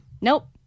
Nope